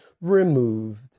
removed